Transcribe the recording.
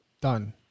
Done